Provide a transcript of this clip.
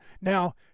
Now